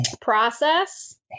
Process